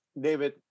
David